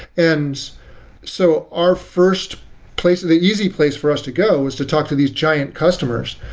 and so our first place, the easy place for us to go was to talk to these giant customers.